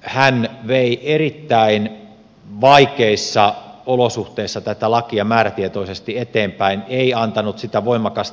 hän vei erittäin vaikeissa olosuhteissa tätä lakia määrätietoisesti eteenpäin ei antanut sen voimakkaan